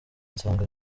nsanga